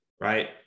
Right